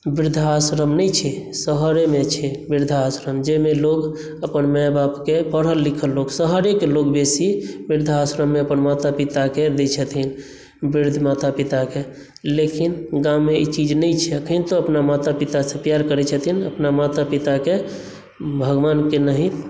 वृद्धाश्रम नहि छै शहरेमे छै वृद्धाश्रम जाहिमे लोक अपन माय बापकेँ पढ़ल लिखल लोक शहरेके लोक बेसी वृद्धाश्रममे अपन माता पिताकेँ दैत छथिन वृद्ध माता पिताकेँ लेकिन गाममे ई चीज नहि छै अखनितो अपन माता पितासे प्यार करैत छथिन अपना माता पिताकेँ भगवानके नाहित